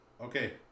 okay